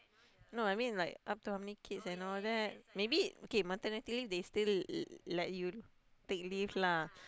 no I mean like up to how many kids and all that maybe K maternity leave they still let you take leave lah